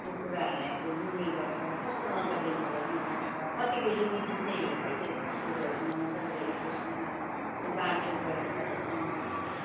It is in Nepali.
यो कुराहरूलाई चाहिँ लिने गर्छ कस्तो नजरले चाहिँ हेर्ने गर्छ कतिको युनिटी चाहिँ है त्यो फेस्टिभलहरू मनाउँदा गर्दा एक दुसरामा बाँडचुँड गरेको तपाईँ पाउनुहुन्छ